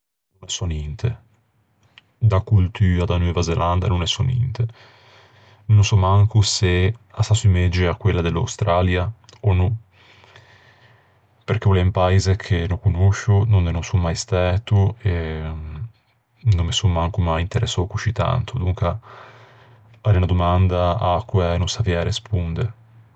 No ne sò ninte. Da coltua da Neuva Zelanda no ne sò ninte. No sò manco se a s'assumegge à quella de l'Australia ò no. Perché o l'é un paise che no conoscio, donde son mai stæto e no me son manco mai interessou coscì tanto, donca a l'é unna domanda a-a quæ no saviæ responde.